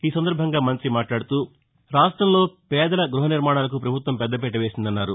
ఈ సందర్బంగా మంత్రి మాట్లాడుతూ రాష్టంలో పేదల గృహ నిర్మాణాలకు ప్రభుత్వం పెద్దపీట వేసిందన్నారు